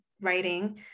writing